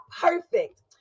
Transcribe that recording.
perfect